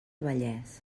vallès